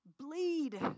bleed